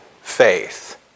faith